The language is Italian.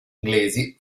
inglesi